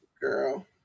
Girl